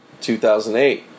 2008